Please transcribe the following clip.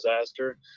disaster